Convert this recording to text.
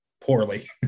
Poorly